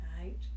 right